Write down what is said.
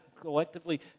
collectively